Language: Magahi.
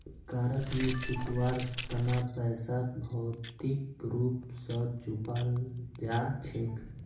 कारक नी चुकवार तना पैसाक भौतिक रूप स चुपाल जा छेक